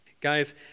Guys